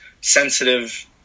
sensitive